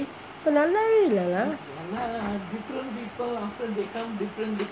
இப்போ நல்லாவே இல்லே:ippo nallavae illae lah